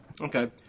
Okay